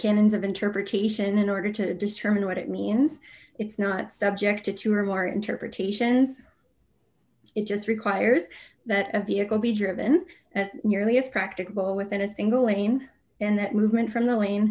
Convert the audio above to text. canons of interpretation in order to determine what it means it's not subject to two or more interpretations it just requires that a vehicle be driven as nearly as practicable within a single lane and that movement from the lane